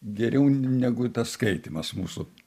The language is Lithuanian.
geriau negu tas skaitymas mūsų